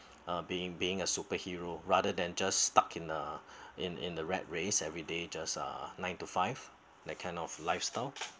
uh being being a superhero rather than just stuck in a in in the rat race every day just uh nine to five that kind of lifestyle